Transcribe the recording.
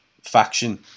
Faction